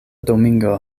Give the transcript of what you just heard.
domingo